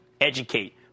educate